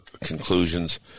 conclusions